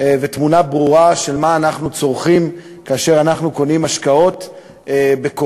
ותמונה ברורה של מה שאנחנו צורכים כאשר אנחנו קונים משקאות בכוס.